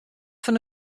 fan